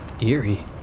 Eerie